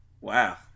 Wow